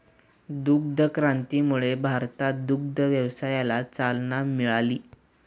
दुग्ध क्रांतीमुळे भारतात दुग्ध व्यवसायाला चालना मिळाली